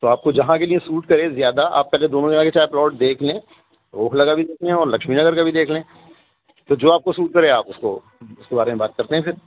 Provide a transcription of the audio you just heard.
تو آپ کو جہاں کے لیے سوٹ کرے زیادہ آپ کا جو دونوں جگہ کا چاہے پلاٹ دیکھ لیں اوکھلا کا بھی دیکھ لیں اور لکشمی نگر کا بھی دیکھ لیں تو جو آپ کو سوٹ کرے آپ اس کو اس کے بارے میں بات کرتے ہیں پھر